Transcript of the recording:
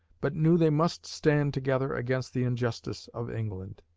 but knew they must stand together against the injustice of england.